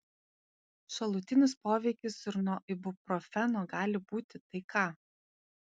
šalutinis poveikis ir nuo ibuprofeno gali būti tai ką